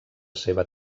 seva